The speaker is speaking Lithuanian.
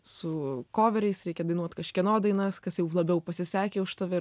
su koveriais reikia dainuot kažkieno dainas kas jau labiau pasisakę už tave